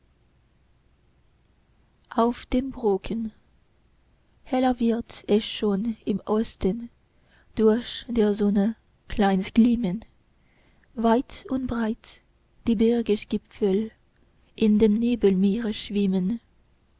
auf dem brocken heller wird es schon im osten durch der sonne kleines glimmen weit und breit die bergesgipfel in dem nebelmeere